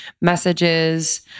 messages